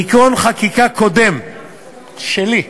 תיקון חקיקה קודם שלי,